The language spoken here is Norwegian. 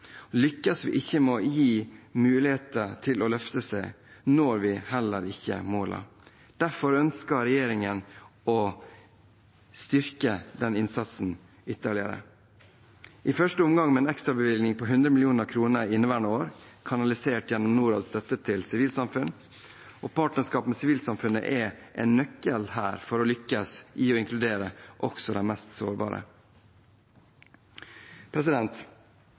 Lykkes vi ikke med å gi disse muligheter til å løfte seg, når vi heller ikke målene. Derfor ønsker regjeringen å styrke denne innsatsen ytterligere, i første omgang med en ekstrabevilgning på 100 mill. kr i inneværende år, kanalisert gjennom Norads støtte til sivilsamfunn. Partnerskapet med sivilsamfunnet er en nøkkel for å lykkes i å inkludere også de mest sårbare.